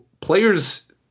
players